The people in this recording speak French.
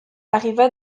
arriva